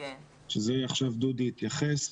שזה עכשיו דודי התייחס,